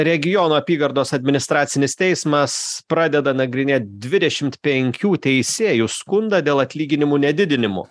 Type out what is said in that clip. regionų apygardos administracinis teismas pradeda nagrinėt dvidešimt penkių teisėjų skundą dėl atlyginimų nedidinimo